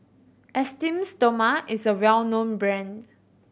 Esteem Stoma is a well known brand